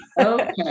Okay